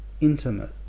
intimate